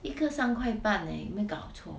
一个三块半 leh 有没有搞错